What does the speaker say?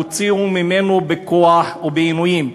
הוציאו ממנו בכוח ובעינויים,